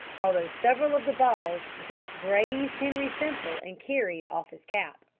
although several of the balls just grazed henri's temple and carried off his cap.